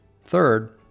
Third